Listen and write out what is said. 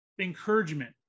encouragement